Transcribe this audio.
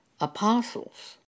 apostles